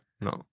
No